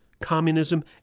communism